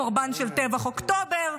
קורבן של טבח אוקטובר,